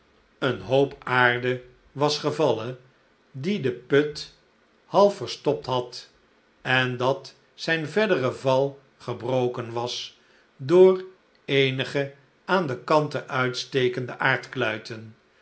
een hoop aarde was gevallen die den put half verstopt had en dat zijn verdere val gebroken was door eenige aan de kanten uitstekende